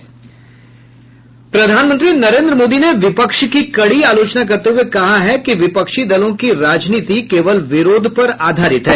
प्रधानमंत्री नरेंद्र मोदी ने विपक्ष की कडी आलोचना करते हुए कहा कि विपक्षी दलों की राजनीति केवल विरोध पर आधारित है